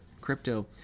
crypto